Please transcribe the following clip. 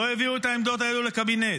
לא הביאו את העמדות הללו לקבינט,